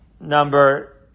number